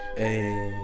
hey